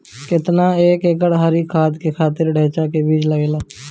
केतना एक एकड़ हरी खाद के खातिर ढैचा के बीज लागेला?